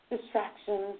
distractions